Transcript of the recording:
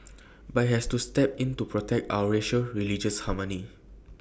but IT has to step in to protect our racial religious harmony